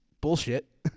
bullshit